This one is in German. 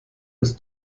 des